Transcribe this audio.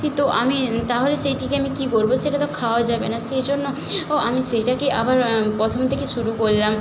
কিন্তু আমি তাহলে সেইটিকে আমি কী করব সেটা তো খাওয়া যাবে না সেই জন্য ও আমি সেইটাকে আবার প্রথম থেকে শুরু করলাম